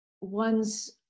one's